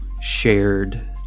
shared